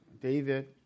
David